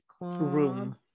Room